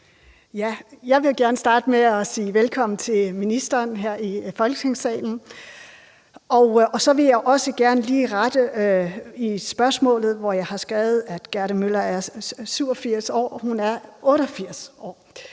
Jeg vil gerne starte med at sige velkommen til ministeren her i Folketingssalen. Og så vil jeg også gerne lige rette i spørgsmålet, hvor jeg har skrevet, at Gerda Møller er 87 år – hun er 88 år.